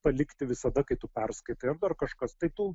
palikti visada kai tu perskaitai ar dar kažkas tai tų